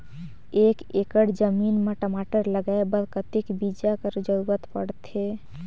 एक एकड़ जमीन म टमाटर लगाय बर कतेक बीजा कर जरूरत पड़थे?